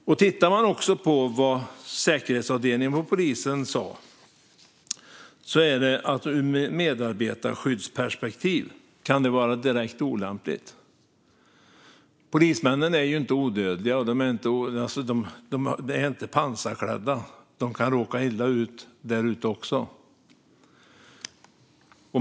Säkerhetsavdelningen vid polisen har också sagt att detta ur medarbetarskyddsperspektiv kan vara direkt olämpligt. Polismännen är ju inte odödliga, och de är inte pansarklädda. De kan råka illa ut där ute.